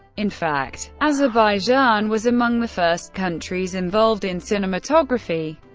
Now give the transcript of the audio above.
in fact, azerbaijan was among the first countries involved in cinematography.